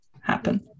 happen